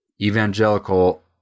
Evangelical